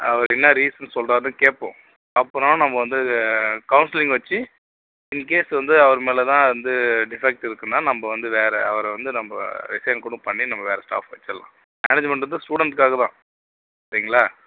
அவர் என்ன ரீஸன் சொல்கிறாருன்னு கேட்போம் அப்புறம் நம்ம வந்து கவுன்சிலிங் வைச்சி இன்கேஸ் வந்து அவர் மேலே தான் வந்து டிஃபெக்ட் இருக்குதுன்னா நம்ம வந்து வேறு அவரை வந்து நம்ம ரிஸைன் கூட பண்ணி நம்ம வேறு ஸ்டாஃப் வைச்சிர்லாம் மேனேஜ்மெண்ட் வந்து ஸ்டூடெண்ட்டுகாக தான் ஓகேங்களா